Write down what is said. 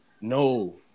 No